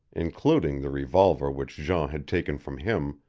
including the revolver which jean had taken from him,